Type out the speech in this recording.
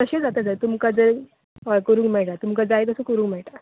तशें जाता सर तुमकां जर करूंक मेळटा हय तुमकां जाय तशें करूंक मेळटा